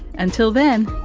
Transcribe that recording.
until then,